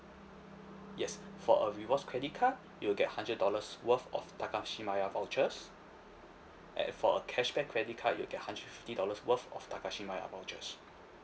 yes for a rewards credit card you'll get hundred dollars worth of takashimaya vouchers and for a cashback credit card you'll get hundred fifty dollars worth of takashimaya vouchers